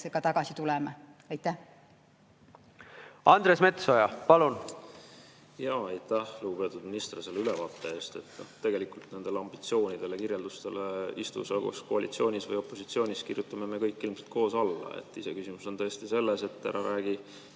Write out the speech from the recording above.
ka tagasi tuleme. Andres Metsoja, palun! Aitäh, lugupeetud minister, selle ülevaate eest! Tegelikult nendele ambitsioonidele ja kirjeldustele, istu sa kas koalitsioonis või opositsioonis, kirjutame me kõik ilmselt koos alla. Iseküsimus on tõesti see, et ärme räägime